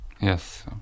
Yes